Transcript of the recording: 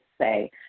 say